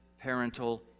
parental